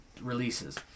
releases